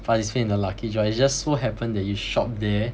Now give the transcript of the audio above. participate in the lucky draw it just so happened that you shop there